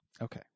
Okay